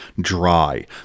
dry